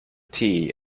tea